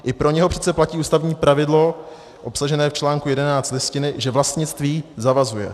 I pro něho přece platí ústavní pravidlo obsažené v článku 11 Listiny, že vlastnictví zavazuje.